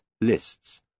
lists